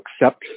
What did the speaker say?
accept